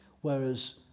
whereas